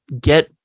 get